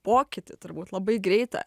pokytį turbūt labai greitą